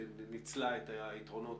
ניצלה את היתרונות,